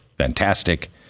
fantastic